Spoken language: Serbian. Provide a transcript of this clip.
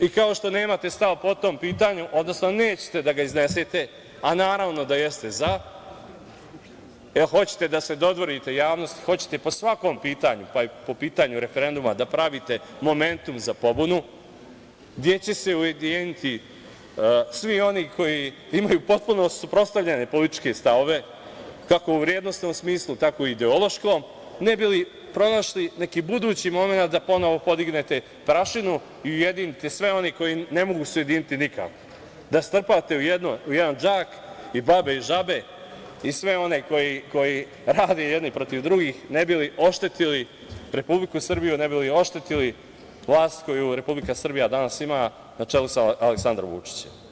I kao što nemate stav po tom pitanju, odnosno nećete da ga iznesete, a naravno da jeste "za", jel hoćete da se dodvorite javnosti, hoćete po svakom pitanju, pa i po pitanju referenduma, da pravite momentum za pobunu, gde će se ujediniti svi oni koji imaju potpuno suprotstavljene političke stavove, kako u vrednosnom smislu tako i u ideološkom, ne bi li pronašli neki budući momenat da ponovo podignete prašinu i ujedinite sve one koji se ne mogu ujediniti nikako, da strpate u jedan džak i "babe i žabe" i sve one koji rade jedni protiv drugih, ne bi li oštetili Republiku Srbiju, ne bi li oštetili vlast koju Republika Srbija danas ima, na čelu sa Aleksandrom Vučićem.